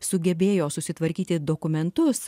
sugebėjo susitvarkyti dokumentus